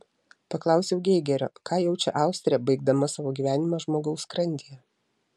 paklausiau geigerio ką jaučia austrė baigdama savo gyvenimą žmogaus skrandyje